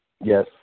Yes